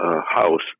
house